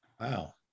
Wow